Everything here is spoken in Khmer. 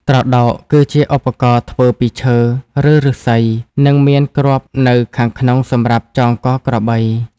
ត្រដោក គឺជាឧបករណ៍ធ្វើពីឈើ ឬឫស្សី និងមានគ្រាប់នៅខាងក្នុងសម្រាប់ចងកក្របី។